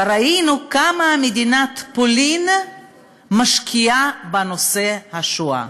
ראינו כמה מדינת פולין משקיעה בנושא השואה.